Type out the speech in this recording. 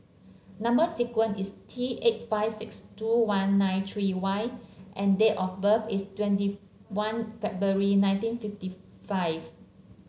number sequence is T eighty five sixt two one nine three Y and date of birth is twenty one February nineteen fifty five